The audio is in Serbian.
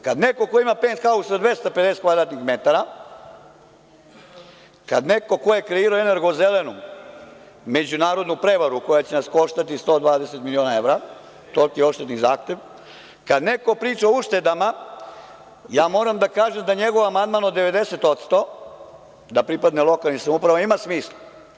Kad neko ko ima penthaus sa 250 kvadratnih metara, kad neko ko je kreirao „Energozelenum“, međunarodnu prevaru koja će nas koštati 120 miliona evra, toliki je odštetni zahtev, kad neko priča o uštedama, ja moram da kažem da njegov amandman od 90% da pripadne lokalnim samoupravama ima smisla.